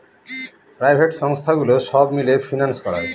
private সংস্থাগুলো সব মিলে ফিন্যান্স করায়